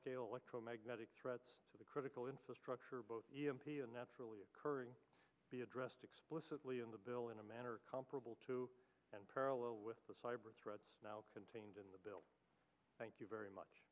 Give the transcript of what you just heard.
scale electromagnetic threats to the critical infrastructure both e m p a naturally occurring be addressed explicitly in the bill in a manner comparable to and parallel with the cyber threats contained in the bill thank you very much